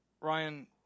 Ryan